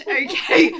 okay